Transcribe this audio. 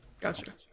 gotcha